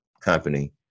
company